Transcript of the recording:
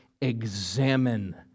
Examine